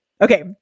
Okay